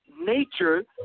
nature